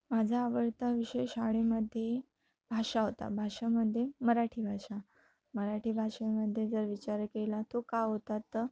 माझा आवडता विषय शाळेमध्ये भाषा होता भाषेमध्ये मराठी भाषा मराठी भाषेमध्ये जर विचार केला तो का होता तर